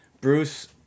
Bruce